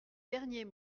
dernier